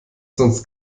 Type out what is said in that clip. sonst